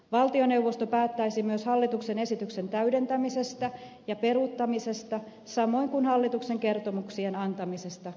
valtioneuvosto päättäisi myös hallituksen esityksen täydentämisestä ja peruuttamisesta samoin kuin hallituksen kertomuksien antamisesta eduskunnalle